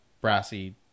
brassy